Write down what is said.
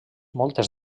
moltes